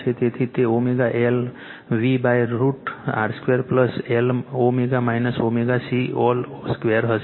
તેથી તે ω L V√R 2 Lω ω C whole square હશે